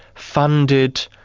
funded,